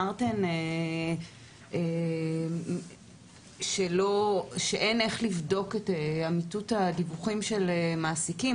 אמרתם שאין איך לבדוק את אמיתות הדיווחים של מעסיקים